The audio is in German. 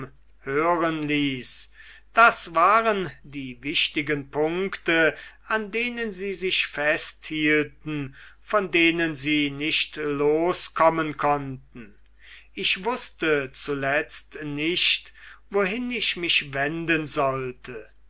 hören ließ das waren die wichtigen punkte an denen sie sich festhielten von denen sie nicht loskommen konnten ich wußte zuletzt nicht wohin ich mich wenden sollte